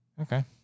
Okay